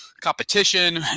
competition